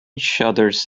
shutters